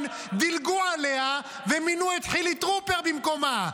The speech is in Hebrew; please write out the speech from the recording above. דילגו עליה ומינו את חילי טרופר במקומה.